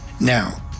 now